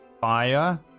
Fire